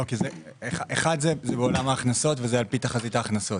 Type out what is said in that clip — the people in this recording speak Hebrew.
זה בעולם ההכנסות וזה על פי תחזית ההכנסות.